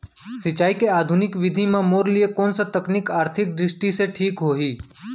सिंचाई के आधुनिक विधि म मोर लिए कोन स तकनीक आर्थिक दृष्टि से ठीक होही?